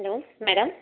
hello madam